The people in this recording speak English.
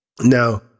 Now